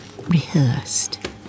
rehearsed